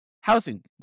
housing